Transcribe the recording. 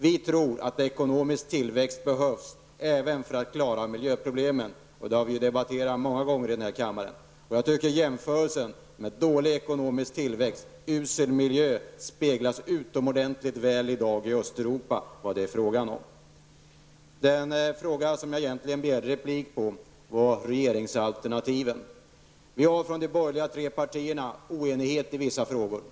Vi tror att ekonomiskt tillväxt behövs även för att klara miljöproblemen. Det har vi ju debatterat många gånger i den här kammaren. Jag tycker att jämförelsen mellan dålig ekonomisk tillväxt och usel miljö speglas utomordentligt väl i dag i Östeuropa. Där kan man se vad det är fråga om. Den fråga som jag egentligen begärde replik på var regeringsalternativen. De tre borgerliga partierna är oeniga i vissa frågor.